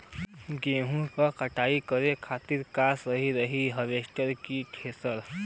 गेहूँ के कटाई करे खातिर का सही रही हार्वेस्टर की थ्रेशर?